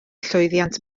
llwyddiant